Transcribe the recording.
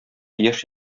яшь